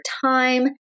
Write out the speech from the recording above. time